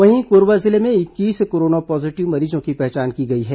वहीं कोरबा जिले में इक्कीस कोरोना पॉजीटिव मरीजों की पहचान की गई है